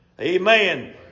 Amen